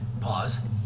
Pause